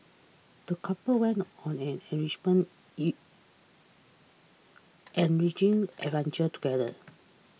the couple went on an enriching adventure together